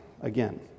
again